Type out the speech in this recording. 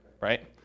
right